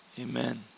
amen